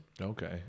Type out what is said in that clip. Okay